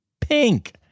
pink